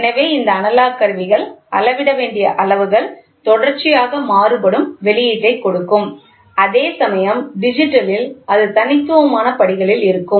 எனவே இந்த அனலாக் கருவிகள் அளவிட வேண்டிய அளவுகள் தொடர்ச்சியாக மாறுபடும் வெளியீட்டைக் கொடுக்கும் அதேசமயம் டிஜிட்டலில் அது தனித்துவமான படிகளில் இருக்கும்